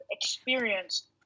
experience